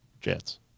Jets